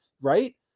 right